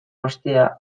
ostea